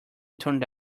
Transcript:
turned